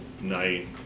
night